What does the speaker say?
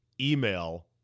email